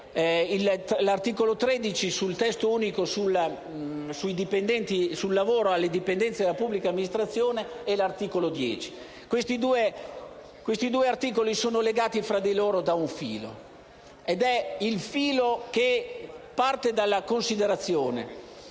l'articolo 13 sul Testo unico sul lavoro alle dipendenze della pubblica amministrazione e l'articolo 10. Questi due articoli sono legati tra loro da un filo: è il filo che parte dalla considerazione